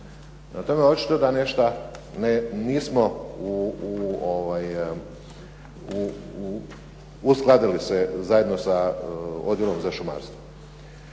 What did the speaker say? tokovi. Očito da nešto nismo uskladili zajedno sa odjelom za šumarstvo.